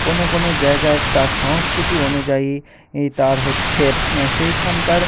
কোনো কোনো জায়গার তার সংস্কৃতি অনুযায়ী ই তার হচ্ছে সেইখানকার